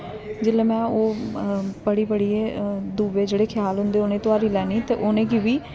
जेल्लै में ओह् पढ़ी पढ़ियै दूऐ जेह्डे़ ख्याल होंदे उ'नें गी तोआरी लैनी ते उ'नें गी बी